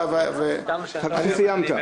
האם סיימת?